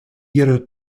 ihrer